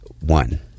one